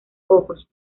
ojos